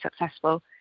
successful